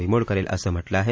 बिमोड करेल असं म्हटलं आहे